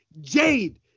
Jade